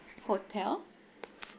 hotel